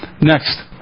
Next